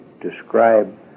describe